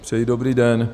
Přeji dobrý den.